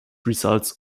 results